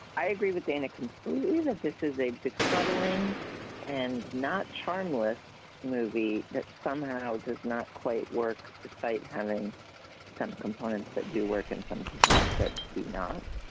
i agree with dana completely that this is a befuddling and not charmless movie that somehow does not quite work, despite having some kind of components that do work and some components that do not.